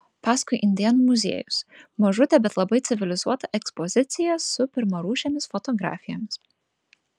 paskui indėnų muziejus mažutė bet labai civilizuota ekspozicija su pirmarūšėmis fotografijomis